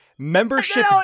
Membership